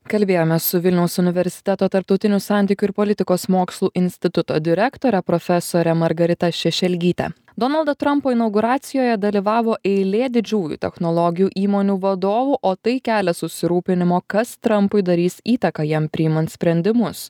kalbėjome su vilniaus universiteto tarptautinių santykių ir politikos mokslų instituto direktore profesore margarita šešelgyte donaldo trampo inauguracijoje dalyvavo eilė didžiųjų technologijų įmonių vadovų o tai kelia susirūpinimo kas trampui darys įtaką jam priimant sprendimus